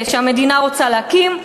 שהמדינה רוצה להקים,